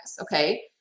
Okay